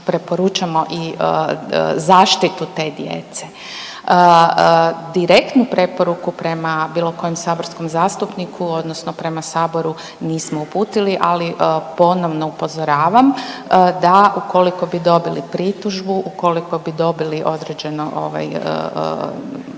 preporučamo i zaštitu te djece. Direktnu preporuku prema bilo kojem saborskom zastupniku odnosno prema saboru nismo uputili, ali ponovno upozoravam da ukoliko bi dobili pritužbu, ukoliko bi dobili određeno ovaj